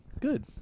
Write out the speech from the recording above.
good